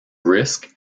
risk